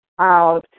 out